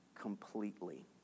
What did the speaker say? completely